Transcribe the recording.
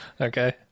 Okay